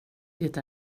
det